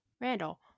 Randall